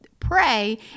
Pray